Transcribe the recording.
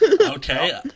Okay